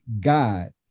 God